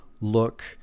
look